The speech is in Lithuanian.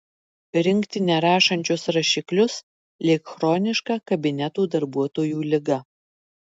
rinkti nerašančius rašiklius lyg chroniška kabinetų darbuotojų liga